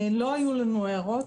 לא היו לנו הערות,